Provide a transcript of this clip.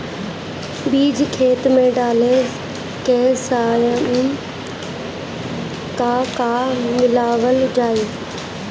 बीज खेत मे डाले के सामय का का मिलावल जाई?